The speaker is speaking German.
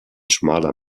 schmaler